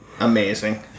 Amazing